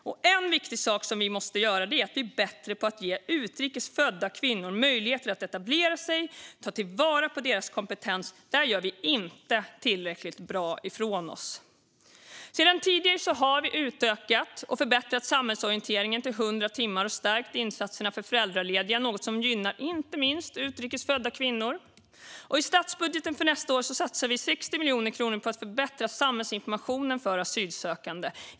Och en viktig sak som vi måste göra är att bli bättre på att ge utrikes födda kvinnor möjligheter att etablera sig och att ta vara på deras kompetens. Där gör vi inte tillräckligt bra ifrån oss. Sedan tidigare har vi förbättrat och utökat samhällsorienteringen till 100 timmar och stärkt insatserna för föräldralediga, något som gynnar inte minst utrikes födda kvinnor. Och i statsbudgeten för nästa år satsar vi 60 miljoner kronor på att förbättra samhällsinformationen för asylsökande.